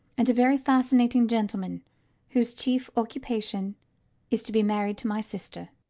and a very fascinating gentleman whose chief occupation is to be married to my sister.